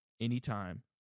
anytime